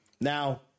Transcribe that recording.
now